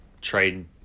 trade